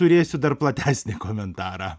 turėsiu dar platesnį komentarą